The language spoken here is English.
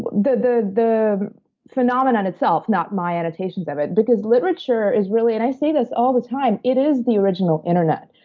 but the the phenomenon itself not my annotations of it because literature is really and i say this all the time it is the original internet.